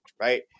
Right